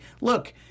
look